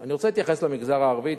אני רוצה להתייחס למגזר הערבי.